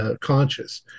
conscious